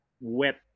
wet